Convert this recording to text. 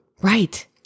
Right